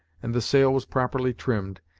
and the sail was properly trimmed,